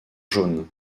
jaune